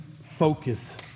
focus